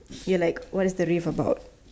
you like what's the rave about